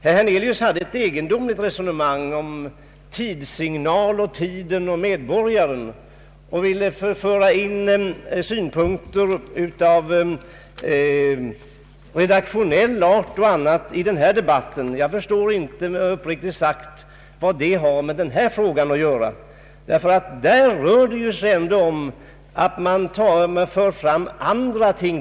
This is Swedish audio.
Herr Hernelius förde ett egendomligt resonemang om Tidsignal, Tiden och Medborgaren och ville föra in synpunkter av redaktionell art i denna debatt. Jag förstår uppriktigt sagt inte vad det har med denna fråga att göra. Där rör det sig ju om att föra fram andra ting.